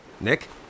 Nick